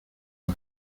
las